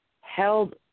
held